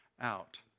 out